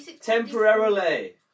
Temporarily